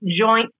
joint